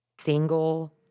single